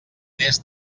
més